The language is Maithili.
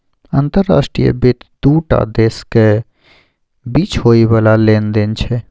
अंतर्राष्ट्रीय वित्त दू टा देशक बीच होइ बला लेन देन छै